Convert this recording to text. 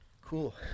Cool